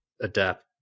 adapt